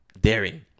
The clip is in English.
daring